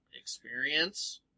experience